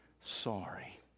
sorry